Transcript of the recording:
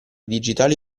digitali